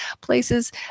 places